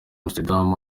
amsterdam